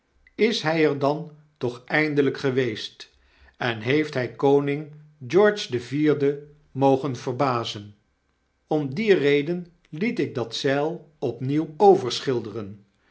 is hij er dan toch eindelyk geweest en heeft hy koning george den vierden mogen verbazen om die reden liet ik dat zeil opnieuw